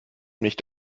nicht